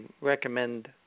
recommend